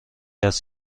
است